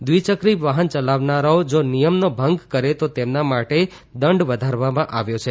દ્વિયક્રી વાહન ચલાવનારાઓને જા નિયમ ભંગ કરે તો તેમના માટે દંડ વધારવામાં આવ્યો છે